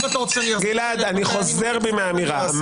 אני חוזר בי מהאמירה.